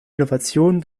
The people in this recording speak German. innovation